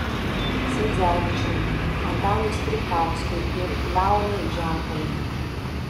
sadzevičiui antanui skripkauskui ir leonui žemkalniui